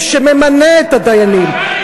בגוף שממנה את הדיינים,